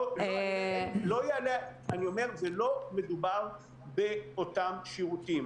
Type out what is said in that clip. אני אומר, לא מדובר באותם שירותים.